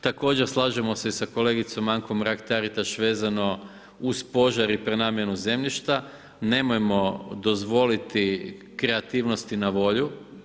Također slažemo se i sa kolegicom Ankom Mrak-Taritaš vezano uz požar i prenamjenu zemljišta, nemojmo dozvoliti kreativnosti na volju.